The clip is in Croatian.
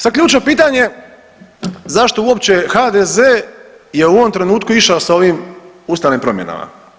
Sad, ključno pitanje zašto uopće HDZ je u ovom trenutku išao sa ovim ustavnim promjenama.